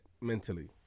mentally